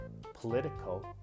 political